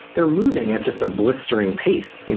they're moving at just a blistering pace.